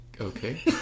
okay